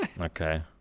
Okay